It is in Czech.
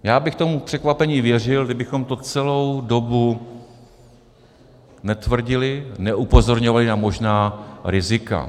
Já bych tomu překvapení věřil, kdybychom to celou dobu netvrdili, neupozorňovali na možná rizika.